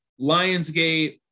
Lionsgate